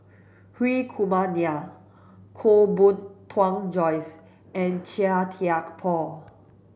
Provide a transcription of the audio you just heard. Hri Kumar Nair Koh Bee Tuan Joyce and Chia Thye Poh